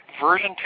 version